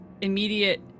immediate